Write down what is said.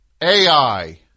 AI